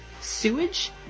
Sewage